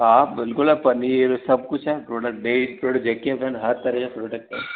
हा बिलकुलु आहे पनीर सभु कुझु आहे प्रोडक्ट डेरी प्रोडक्ट जेके अचनि हर तरह जा प्रोडक्ट आहिनि